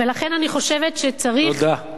ולכן אני חושבת שצריך, תודה.